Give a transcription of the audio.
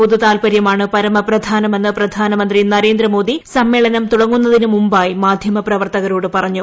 പൊതുതാൽപര്യമാണ് പരമ പ്രധാനമെന്ന് പ്രധാനമന്ത്രി നരേന്ദ്രമോദി സമ്മേളനം തുടങ്ങുന്നതിന് മുമ്പായി മാധ്യമുപ്രവർത്തകരോട് പറഞ്ഞു